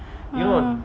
mm